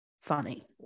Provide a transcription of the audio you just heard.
funny